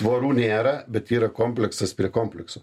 vorų nėra bet yra kompleksas prie komplekso